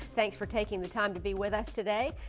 thanks for taking the time to be with us today.